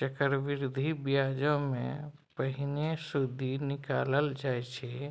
चक्रबृद्धि ब्याजमे पहिने सुदि निकालल जाइ छै